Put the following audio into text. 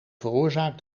veroorzaakt